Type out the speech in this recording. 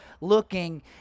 looking